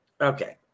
Okay